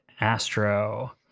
Astro